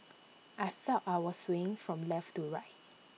I felt I was swaying from left to right